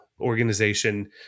organization